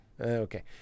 okay